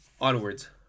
Onwards